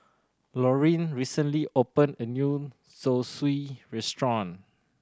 Laureen recently opened a new Zosui Restaurant